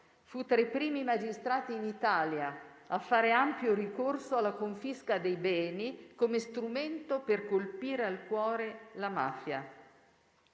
Fu tra i primi magistrati in Italia a fare ampio ricorso alla confisca dei beni come strumento per colpire al cuore la mafia,